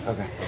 Okay